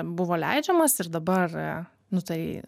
buvo leidžiamas ir dabar nutarei